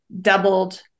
doubled